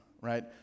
right